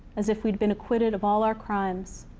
as if we'd been acquitted of all our crimes,